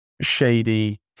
shady